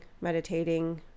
meditating